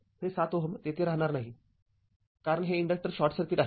हे ७ Ω तेथे राहणार नाही कारण हे इन्डक्टर शॉर्ट सर्किट आहे